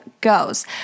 goes